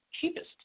cheapest